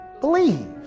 believe